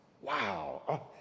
wow